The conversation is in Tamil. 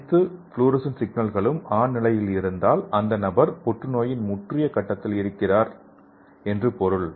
அனைத்து ஃப்ளோரசன்ஸ் சிக்னல்களும் ஆன் நிலையில் இருந்தால் அந்த நபர் புற்றுநோயின் முற்றிய கட்டத்தில் இருக்கிறார் என்று பொருள்